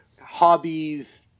hobbies